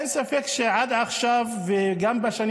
אין ספק שעד עכשיו וגם בשנים